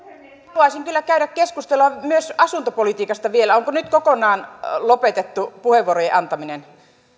haluaisin kyllä käydä keskustelua myös asuntopolitiikasta vielä onko nyt kokonaan lopetettu puheenvuorojen antaminen